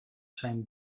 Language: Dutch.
zijn